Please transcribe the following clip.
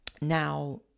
Now